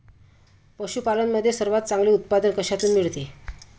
पशूपालन मध्ये सर्वात चांगले उत्पादन कशातून मिळते?